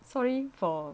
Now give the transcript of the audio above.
sorry for